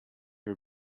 her